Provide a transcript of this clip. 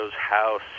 house